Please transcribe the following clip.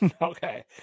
Okay